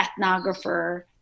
ethnographer